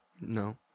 No